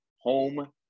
home